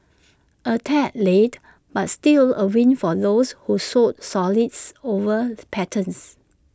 A tad late but still A win for those who sold solids over patterns